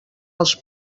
els